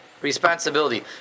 Responsibility